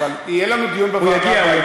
אבל יהיה לנו דיון בוועדה.